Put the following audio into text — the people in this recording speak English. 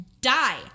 die